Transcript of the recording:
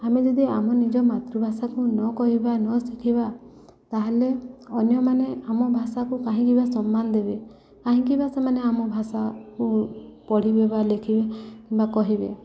ଆମେ ଯଦି ଆମ ନିଜ ମାତୃଭାଷାକୁ ନ କହିବା ନ ଶିଖିବା ତା'ହେଲେ ଅନ୍ୟମାନେ ଆମ ଭାଷାକୁ କାହିଁକିିବା ସମ୍ମାନ ଦେବେ କାହିଁକିିବା ସେମାନେ ଆମ ଭାଷାକୁ ପଢ଼ିବେ ବା ଲେଖିବେ କିମ୍ବା କହିବେ